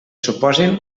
suposin